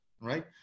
right